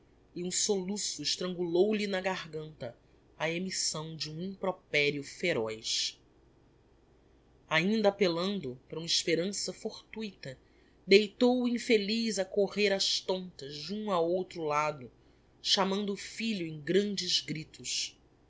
e um soluço estrangulou lhe na garganta a emissão de um improperio feroz ainda appellando para uma esperança fortuita deitou o infeliz a correr ás tontas de um a outro lado chamando o filho em grandes gritos